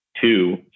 two